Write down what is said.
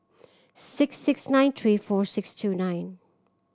six six nine three four six two nine